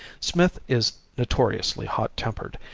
smith is notoriously hot-tempered,